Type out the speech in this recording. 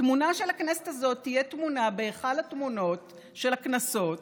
התמונה של הכנסת הזאת תהיה תמונה בהיכל התמונות של הכנסות,